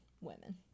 women